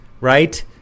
Right